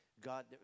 God